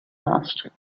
asked